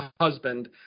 husband